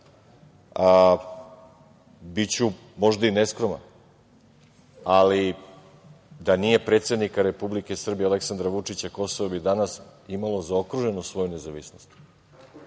biću možda i neskroman, ali da nije predsednika Republike Srbije Aleksandra Vučića, Kosovo bi danas imalo zaokruženu svoju nezavisnost.